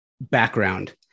background